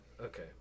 Okay